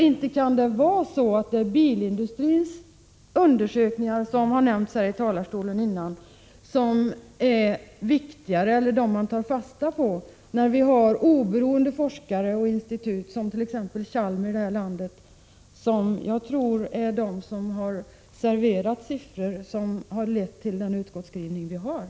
Inte kan det väl vara bilindustrins undersökningar, som nyss nämnts från denna talarstol, som man tar fasta på? Vi har ju i vårt land oberoende forskare och forskningsinstitut, t.ex. vid Chalmers, som arbetar på detta område, och jag tror att det är de som har tillhandahållit de siffror som ligger till grund för utskottets skrivning.